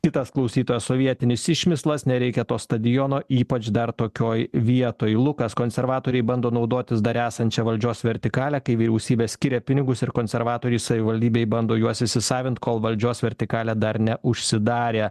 kitas klausytojas sovietinis išmislas nereikia to stadiono ypač dar tokioj vietoj lukas konservatoriai bando naudotis dar esančia valdžios vertikale kai vyriausybė skiria pinigus ir konservatoriai savivaldybėj bando juos įsisavint kol valdžios vertikalė dar neužsidarė